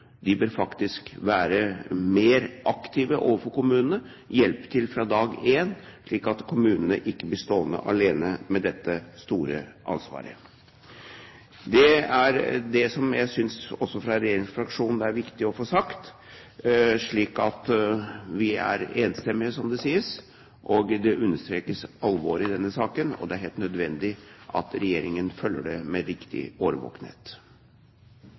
De bør faktisk være mer aktive overfor kommunene, hjelpe til fra dag én, slik at kommunene ikke blir stående alene med dette store ansvaret. Det er det jeg synes det er viktig å få sagt også fra regjeringsfraksjonens side. Vi er enstemmige, som det sies, og vi understreker alvoret i denne saken. Og det er helt nødvendig og viktig at regjeringen følger det med